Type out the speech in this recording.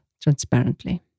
transparently